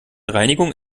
reinigung